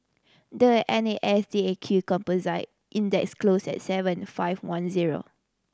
the N A S D A Q Composite Index closed at seven five one zero